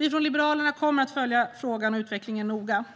Vi från Liberalerna kommer att följa frågan och utvecklingen noga.